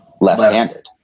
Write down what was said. left-handed